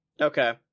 Okay